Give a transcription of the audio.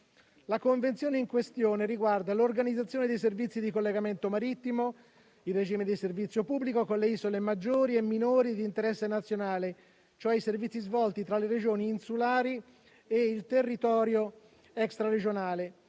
La convenzione in questione riguarda l'organizzazione dei servizi di collegamento marittimo in regime di servizio pubblico con le isole maggiori e minori di interesse nazionale, cioè i servizi svolti tra le Regioni insulari e il territorio extraregionale.